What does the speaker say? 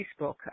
Facebook